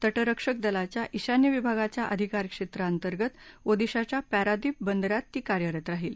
तटरक्षक दलाच्या ईशान्य विभागाच्या अधिकारक्षेत्रा अंतर्गत ओदिशाच्या पॅरादीप बंदरात ती कार्यरत राहील